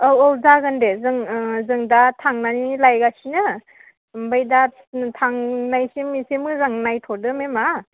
औ औ जागोन दे जों दा थांनानै लायगासिनो ओमफ्राय दा थांनायसिम एसे मोजां नायथ'दो मेमआ